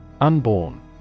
Unborn